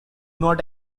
not